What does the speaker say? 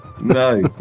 No